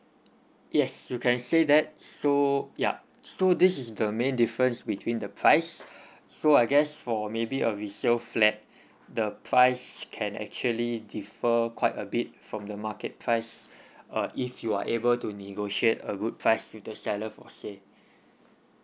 yes you can say that so yup so this is the main difference between the price so I guess for maybe a resale flat the price can actually defer quite a bit from the market price uh if you are able to negotiate a good price with the seller for sale